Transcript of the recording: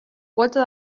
quota